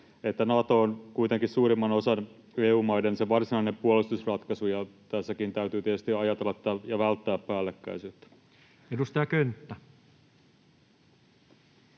Nato on kuitenkin EU-maista suurimmalla osalla se varsinainen puolustusratkaisu, ja tässäkin täytyy tietysti ajatella ja välttää päällekkäisyyttä. [Speech 150]